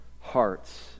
hearts